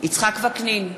יצחק וקנין,